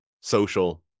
social